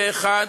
פה אחד,